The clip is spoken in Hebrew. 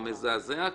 זה מזעזע,